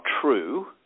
true